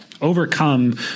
overcome